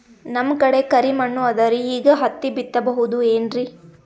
ನಮ್ ಕಡೆ ಕರಿ ಮಣ್ಣು ಅದರಿ, ಈಗ ಹತ್ತಿ ಬಿತ್ತಬಹುದು ಏನ್ರೀ?